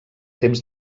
temps